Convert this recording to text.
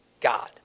God